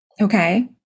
Okay